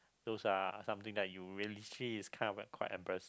those are something that you it's kind of like quite embarrassing